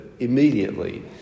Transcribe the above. Immediately